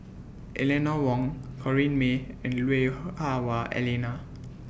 Eleanor Wong Corrinne May and Lui Hah Wah Elena